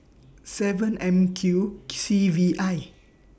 seven M Q C V I